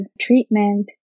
treatment